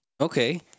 Okay